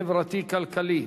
החברתי והכלכלי,